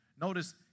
Notice